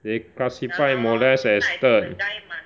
they classify molest as third